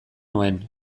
nuen